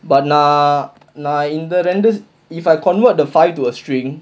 but நான் நான் இந்த ரெண்டு:naan naan intha rendu if I convert the five to a string